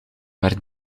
werkt